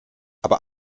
aber